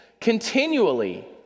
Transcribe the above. continually